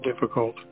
difficult